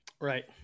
Right